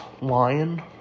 lion